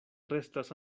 restas